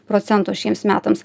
procento šiems metams